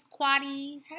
Quatty